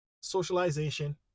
socialization